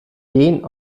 den